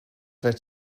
werd